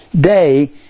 day